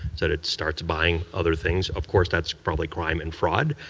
so it starts buying other things, of course, that's probably crime and fraud,